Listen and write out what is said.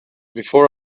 before